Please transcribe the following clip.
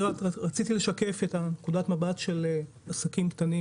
רציתי לשקף את נקודת המבט של עסקים קטנים,